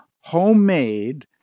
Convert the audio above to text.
homemade